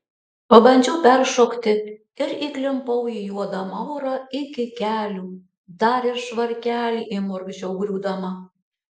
pabandžiau peršokti ir įklimpau į juodą maurą iki kelių dar ir švarkelį įmurkdžiau griūdama